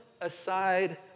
aside